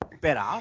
better